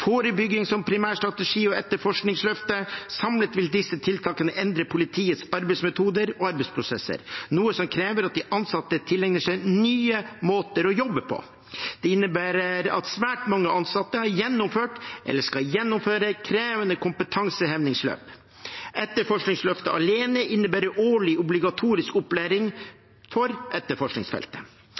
forebygging som primærstrategi og etterforskningsløftet. Samlet vil disse tiltakene endre politiets arbeidsmetoder og arbeidsprosesser, noe som krever at de ansatte tilegner seg nye måter å jobbe på. Det innebærer at svært mange ansatte har gjennomført eller skal gjennomføre krevende kompetansehevingsløp. Etterforskningsløftet alene innebærer årlig obligatorisk opplæring for etterforskningsfeltet.